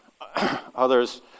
others